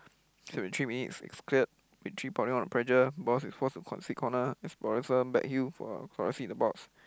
twenty three minutes is cleared pressure is forced to concede corner back heel for in the box